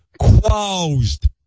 closed